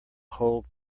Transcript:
cold